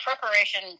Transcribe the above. preparation